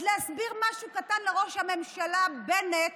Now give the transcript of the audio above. אז להסביר משהו קטן לראש הממשלה בנט,